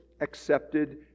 accepted